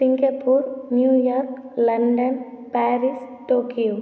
Singapore New York London Paris Tokyo